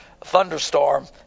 thunderstorm